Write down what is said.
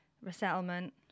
resettlement